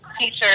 teacher